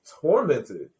tormented